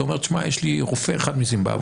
שאתה אומר שיש לך רופא אחד מזימבבואה,